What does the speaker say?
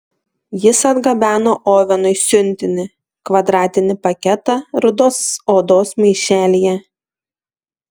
jis atgabeno ovenui siuntinį kvadratinį paketą rudos odos maišelyje